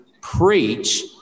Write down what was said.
preach